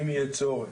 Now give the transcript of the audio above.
אם יהיה צורך.